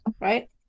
right